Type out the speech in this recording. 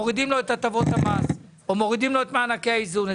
ומורידים לו את הטבות המס או מורידים לו את מענקי האיזון.